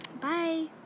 bye